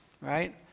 right